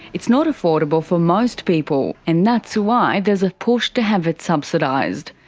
it's not affordable for most people, and that's why there's a push to have it subsidised.